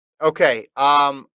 okay